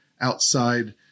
outside